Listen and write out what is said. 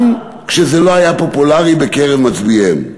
גם כשזה לא היה פופולרי בקרב מצביעיהם.